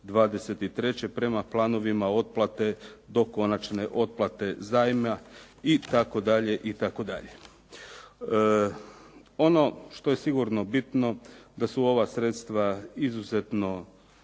prema planovima otplate do konačne otplate zajma itd., itd. Ono što je sigurno bitno da su ova sredstva izuzetno